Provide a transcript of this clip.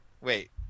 Wait